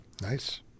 Nice